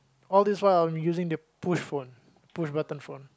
all this while I'm using the push phone the push button phone